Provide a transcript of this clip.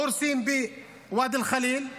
הורסים בוואדי אל-ח'ליל,